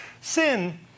Sin